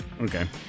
Okay